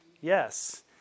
Yes